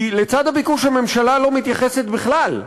כי לצד הביקוש הממשלה לא מתייחסת בכלל.